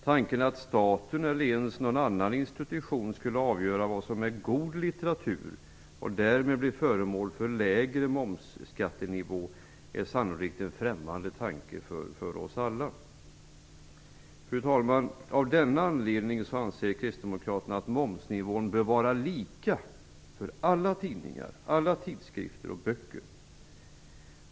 Tanken att staten eller någon annan institution skulle avgöra vad som är god litteratur och som därmed bör bli föremål för lägre moms är sannolikt en främmande tanke för oss alla. Fru talman! Av denna anledning anser kristdemokraterna att momsnivån bör vara lika för alla tidningar, tidskrifter och böcker.